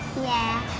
yeah,